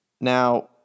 now